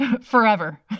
forever